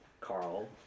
Carl